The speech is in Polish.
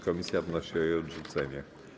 Komisja wnosi o jej odrzucenie.